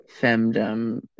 femdom